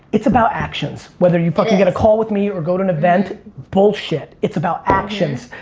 it's about actions. whether you fucking get a call with me or go to an event. bullshit. it's about actions.